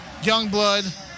Youngblood